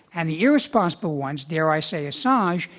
and the irresponsible ones, dare i say assange,